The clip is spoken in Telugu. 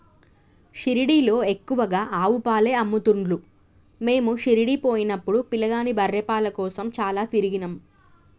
షిరిడీలో ఎక్కువగా ఆవు పాలే అమ్ముతున్లు మీము షిరిడీ పోయినపుడు పిలగాని బర్రె పాల కోసం చాల తిరిగినం